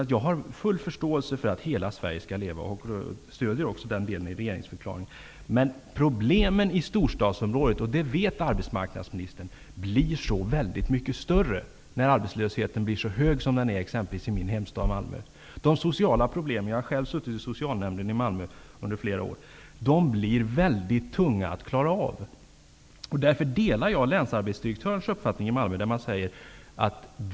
Jag har full förståelse för att hela Sverige skall leva, och jag stödjer också den delen i regeringsförklaringen. Men problemen i storstadsområdena -- och det vet arbetsmarknadsministern -- blir väldigt mycket större när arbetslösheten blir så hög som den är i exempelvis min hemstad Malmö. Jag har själv suttit i socialnämnden i Malmö under flera år. De sociala problemen blir mycket tunga att klara av. Därför delar jag den uppfattning som länsarbetsdirektören i Malmö har.